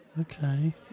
Okay